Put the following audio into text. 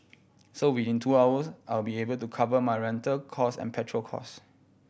so within two hours I will be able to cover my rental cost and petrol cost